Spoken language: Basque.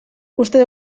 uste